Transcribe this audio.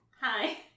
Hi